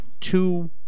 two